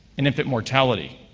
and infant mortality.